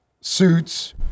suits